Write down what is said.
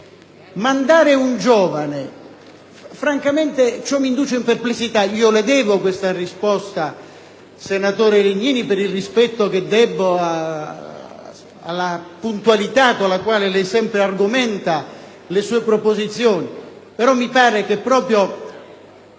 importanza, francamente mi induce perplessità. Le devo questa risposta, senatore Legnini, per il rispetto che debbo alla puntualità con la quale lei sempre argomenta le sue proposizioni; però mi pare che proprio